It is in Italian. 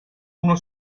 uno